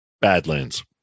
Badlands